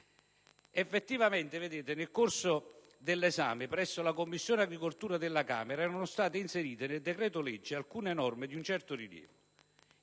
Effettivamente, nel corso dell'esame presso la Commissione agricoltura della Camera, erano state inserite nel decreto-legge alcune norme di un certo rilievo,